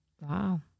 Wow